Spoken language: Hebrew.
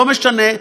לא משנה,